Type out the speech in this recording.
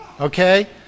Okay